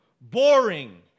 boring